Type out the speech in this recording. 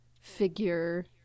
figure